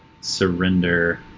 surrender